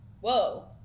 Whoa